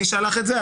מי שלח את זה?